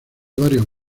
varios